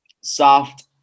soft